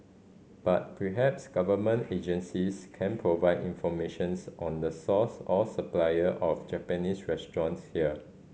but perhaps government agencies can provide informations on the source or supplier of Japanese restaurants here